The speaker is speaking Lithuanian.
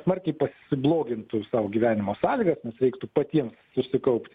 smarkiai pasiblogintų sau gyvenimo sąlygas nes reiktų patiems susikaupt